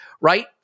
right